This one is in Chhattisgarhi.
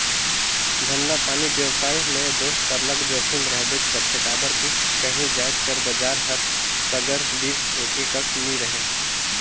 धंधापानी बेवसाय में दो सरलग जोखिम रहबेच करथे काबर कि काही जाएत कर बजार हर सगर दिन एके कस नी रहें